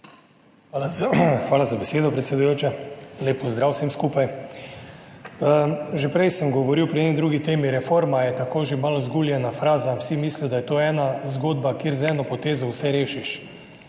Hvala za besedo, predsedujoča. Lep pozdrav vsem skupaj! Že prej sem govoril pri eni drugi temi, reforma je že tako malo zguljena fraza, vsi mislijo, da je to ena zgodba, kjer z eno potezo vse rešiš.